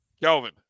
Kelvin